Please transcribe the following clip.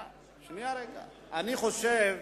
אני חושב,